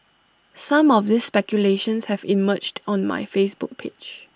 some of these speculations have emerged on my Facebook page